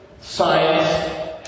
science